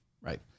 right